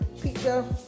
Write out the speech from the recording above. pizza